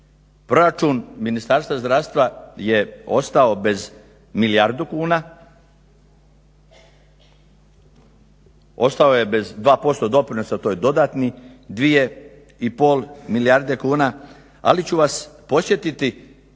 Proračun Ministarstvo zdravstva je ostao bez milijardu kuna, ostao je bez 2% doprinosa, to je dodatnih 2,5 milijarde kuna. Ali ću vas podsjetiti kad